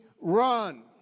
run